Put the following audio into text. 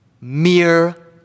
mere